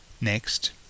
Next